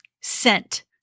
scent